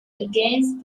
against